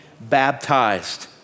baptized